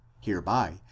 Hereby